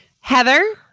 Heather